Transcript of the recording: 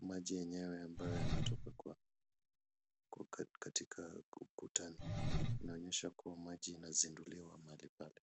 maji yenyewe ambayo yanatoka kwa katika ukutani. Inaonyesha kua maji inazinduliwa mahali pale.